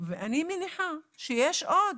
ואני מניחה שיש עוד